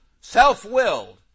Self-willed